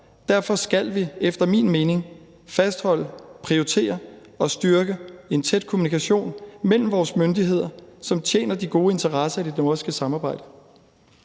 Derfor skal vi efter min mening fastholde, prioritere og styrke en tæt kommunikation mellem vores myndigheder, som tjener de gode interesser i det nordiske samarbejde.